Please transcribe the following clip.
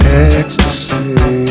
ecstasy